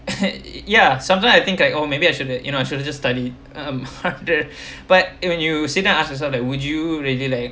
ya sometimes I think like oh maybe I shouldn't you know I should've just study um but it when you sit down ask yourself like would you really like